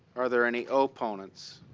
are there any opponents?